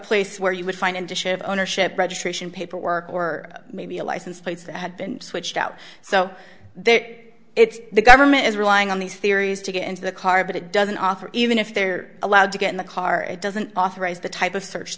place where you would find him to shave ownership registration paperwork or maybe a license plates that had been switched out so they it's the government is relying on these theories to get into the car but it doesn't offer even if they're allowed to get in the car it doesn't authorize the type of search